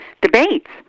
debates